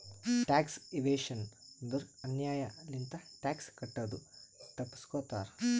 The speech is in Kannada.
ಟ್ಯಾಕ್ಸ್ ಇವೇಶನ್ ಅಂದುರ್ ಅನ್ಯಾಯ್ ಲಿಂತ ಟ್ಯಾಕ್ಸ್ ಕಟ್ಟದು ತಪ್ಪಸ್ಗೋತಾರ್